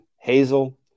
Hazel